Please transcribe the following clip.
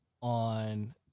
on